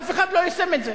אף אחד לא יישם את זה.